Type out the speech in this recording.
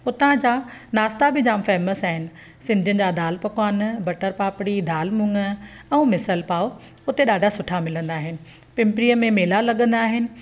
हुता जा नाश्ता बि जाम फ़ेमस आहिनि सिंधियुनि जा दालि पकवान बटन पापड़ी दालि मुङ ऐं मिसल पाव हुते ॾाढा सुठा मिलंदा आहिनि पिंपरीअ में मेला लॻंदा आहिनि